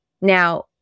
Now